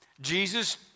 Jesus